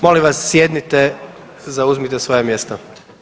Molim vas sjednite i zauzmite svoja mjesta.